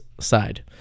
side